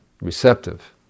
receptive